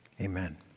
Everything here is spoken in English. amen